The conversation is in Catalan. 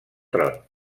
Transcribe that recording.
tron